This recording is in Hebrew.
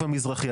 הנגב המזרחי,